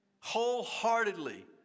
Wholeheartedly